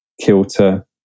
kilter